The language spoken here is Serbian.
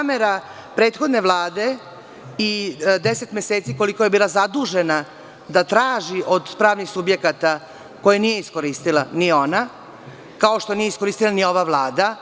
Namera prethodne Vlade u 10 meseci koliko je bila zadužena jeste da traži od pravnih subjekata, koje nije iskoristila, ni ona, kao što nije iskoristila ni ova vlada.